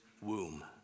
womb